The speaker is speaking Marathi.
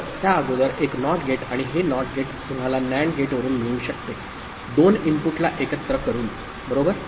तर त्या अगोदर एक NOT गेट आणि हे NOT गेट तुम्हाला NAND गेटवरुन मिळू शकते 2 इनपुट ला एकत्र करून बरोबर